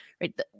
Right